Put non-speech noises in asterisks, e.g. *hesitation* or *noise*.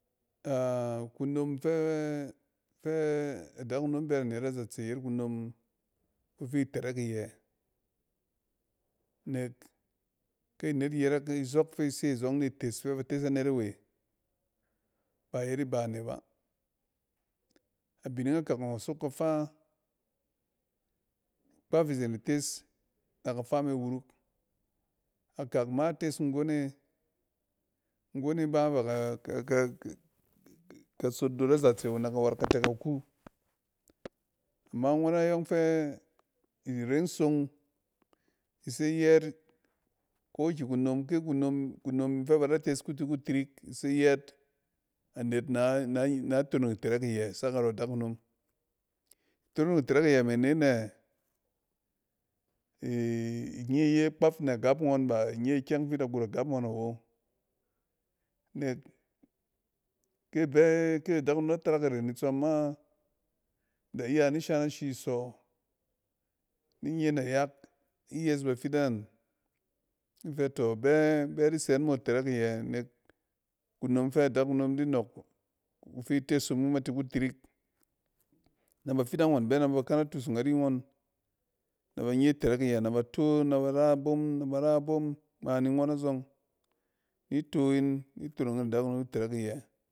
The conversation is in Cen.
*hesitation* kunom fɛ fɛ adakunom bɛ na net azatse, ku yet kunom ku fi tɛrɛk iyɛ. Nek kɛ anet yɛrɛk izɔk fi se azɔng ni tes fɛ ba tes anet awe ba iyet ibane ba. Abining akak ɔng a sok kafa, kpaf izen ites ne kafa me wuruk. Akak ma tes nggone, nggone ba *hesitation* ka sot dot azatse wo nɛ kawat katɛ tɛ ɛka ku. Ama ngɔn ayɔng fɛ iren song ise yɛɛt ko ki kunom, ki kunom, kunom. Fɛ ba da tes ku ti ku tirik i se yɛɛt anet na-na tonong itɛerɛk iyɛ sak arɔ adakunom. Tonong itɛrɛk iyɛ me nɛ? I-nye iye kpaf nɛ a gap ngɔn ba inye kyɔng fi ida got a gap ngɔn awo. Nek ke bɛ, ke adakunom da tarak iren itsɔm ma, da iya shan ashi sɔ ni nye nayak, ni yes bafidang in fɛ to bɛ, bɛ di sɛ yin mo itɛrɛk iyɛ nek kunom fɛ adakunom di nɔk kufi tes hom ma ti ku tirik. Na ba fidang ngɔn bɛ nɛ ba kana tusung ari ngɔn nɛ ban ye tɛrɛk iyɛ na ba to nɛ bar a abom, nɛ bar abom ngma ni ngɔn azɔng, ni to yin ni tonong yin adaku nom itɛrɛk iyɛ.